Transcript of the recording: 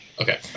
Okay